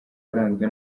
waranzwe